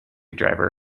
driver